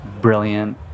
brilliant